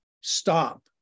stop